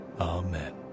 Amen